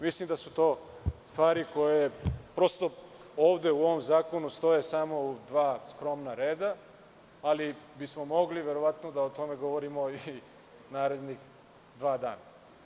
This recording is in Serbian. Mislim da su to stvari koje ovde u ovom zakonu stoje samo u dva skromna reda, ali bismo verovatno mogli o tome da govorimo i narednih dva dana.